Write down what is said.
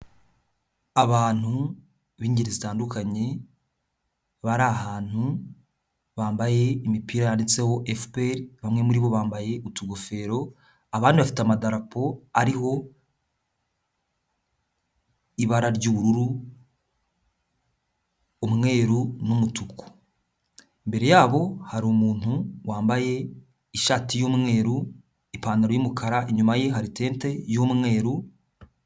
Abantu b'ingeri zitandukanye bari ahantu bambaye imipira yanditseho efupri bamwe muri bo bambaye utugofero abandi bafite amadarapo ariho ibara ry'ubururu, umweru n'umutuku. Imbere yabo hari umuntu wambaye ishati y'umweru ipantaro y'umukara inyuma ye haritente y'umweru.